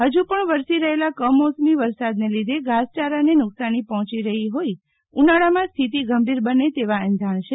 હજુ પણ વરસી રહેલા કમોસમી વરસાદને લીધે ધાસયારાને નુકસાની પહોંચી રહી હોઇ ઉનાળામાં સ્થિતિ ગંભીર બને તેવા એંધાણ છે